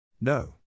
No